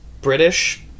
British